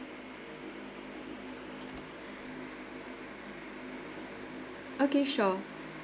okay sure